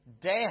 death